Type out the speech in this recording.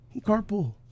carpool